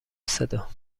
صدا